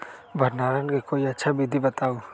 भंडारण के कोई अच्छा विधि बताउ?